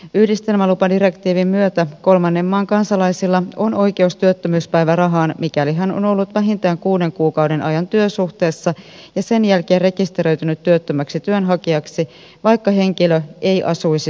yhdistelmälupadirektiivin myötä kolmannen maan kansalaisella on oikeus työttömyyspäivärahaan mikäli hän on ollut vähintään kuuden kuukauden ajan työsuhteessa ja sen jälkeen rekisteröitynyt työttömäksi työnhakijaksi vaikka henkilö ei asuisi suomessa